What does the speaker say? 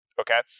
Okay